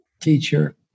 teacher